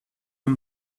him